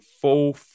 full